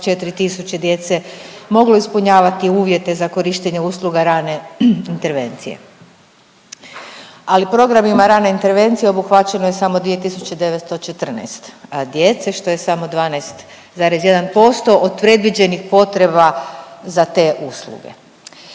tisuće djece moglo ispunjavati uvjete za korištenje usluga rane intervencije. Ali programima rane intervencije obuhvaćeno je samo 2914 djece što je samo 12,1% od predviđenih potreba za te usluge.